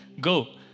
Go